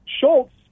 Schultz